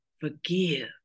forgive